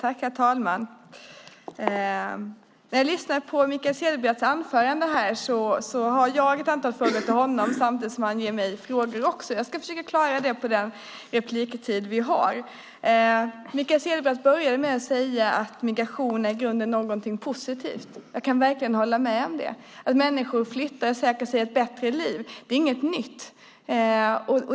Herr talman! Efter att ha lyssnat på Mikael Cederbratts anförande har jag ett antal frågor till honom, samtidigt som han ger mig frågor. Jag ska försöka klara det på den repliktid jag har. Mikael Cederbratt började med att säga att migration är någonting i grunden positivt. Jag kan verkligen hålla med om det. Att människor flyttar för att söka sig ett bättre liv är inget nytt.